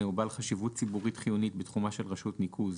הוא בעל חשיבות ציבורית חיונית בתחומה של רשות ניקוז,